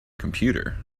computer